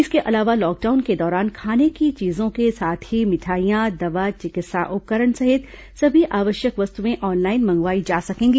इसके अलावा लॉकडाउन के दौरान खाने की चीजों के साथ ही मिठाइयां दवा चिकित्सा उपकरण सहित सभी आवश्यक वस्तुएं ऑनलाइन मंगवाई जा सकेंगी